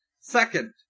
Second